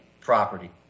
property